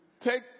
take